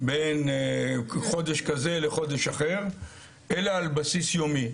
בין חודש כזה לחודש אחר, אלא על בסיס יומי.